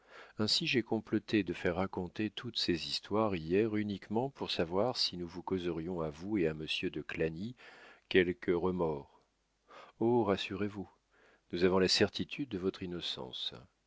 ainsi j'ai comploté de faire raconter toutes ces histoires hier uniquement pour savoir si nous vous causerions à vous et à monsieur de clagny quelque remords oh rassurez-vous nous avons la certitude de votre innocence